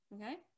Okay